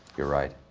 you're right.